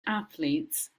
athletes